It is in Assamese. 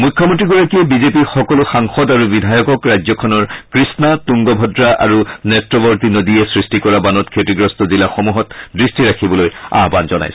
মুখ্যমন্ত্ৰীগৰাকীয়ে বিজেপিৰ সকলো সাংসদ আৰু বিধায়কক ৰাজ্যখনৰ কফা তুংগভদ্ৰা আৰু নেত্ৰৱৰ্তী নদীয়ে সৃষ্টি কৰা বানত ক্ষতিগ্ৰস্ত জিলাসমূহত দৃষ্টি ৰাখিবলৈ আহান জনাইছে